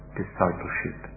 discipleship